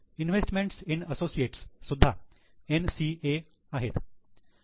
investment in associates सुद्धा 'NCA' आहे